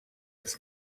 his